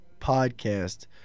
podcast